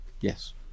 Yes